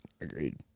Agreed